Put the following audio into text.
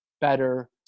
better